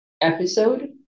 episode